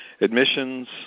admissions